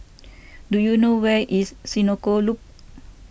do you know where is Senoko Loop